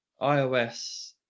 iOS